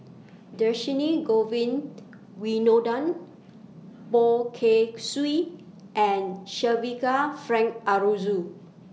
Dhershini Govin Winodan Poh Kay Swee and Shavaca Frank Aroozoo